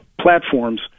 platforms